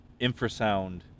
infrasound